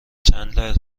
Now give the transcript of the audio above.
چندلر